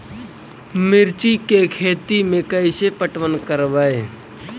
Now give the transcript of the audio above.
मिर्ची के खेति में कैसे पटवन करवय?